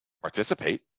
participate